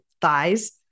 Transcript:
thighs